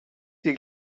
dir